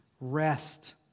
rest